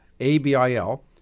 ABIL